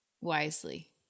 wisely